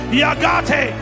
yagate